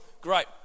Great